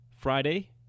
Friday